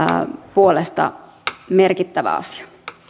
puolesta merkittävä asia